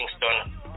Kingston